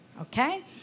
okay